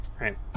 Right